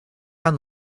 down